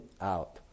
out